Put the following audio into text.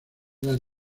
las